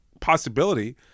possibility